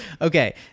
okay